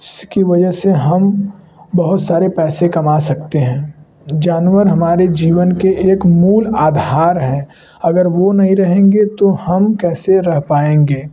इसकी वजह से हम बहुत सारे पैसे कमा सकते हैं जानवर हमारे जीवन के एक मूल आधार है अगर वह नहीं रहेंगे तो हम कैसे रह पाएँगे